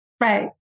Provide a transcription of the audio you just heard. Right